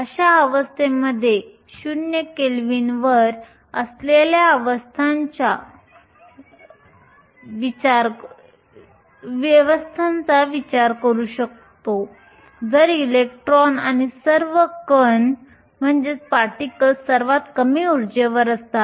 अशा व्यवस्थेमध्ये 0 केल्विनवर असलेल्या व्यवस्थांचा विचार करू सर्व इलेक्ट्रॉन किंवा सर्व कण सर्वात कमी ऊर्जेवर असतात